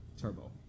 turbo